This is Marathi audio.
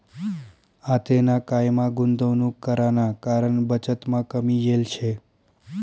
आतेना कायमा गुंतवणूक कराना कारण बचतमा कमी येल शे